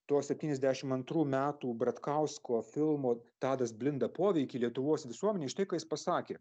tuo septyniasdešimt antrų metų bratkausko filmo tadas blinda poveikį lietuvos visuomenei štai ką jis pasakė